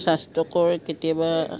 স্বাস্থ্যকৰ কেতিয়াবা